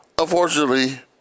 unfortunately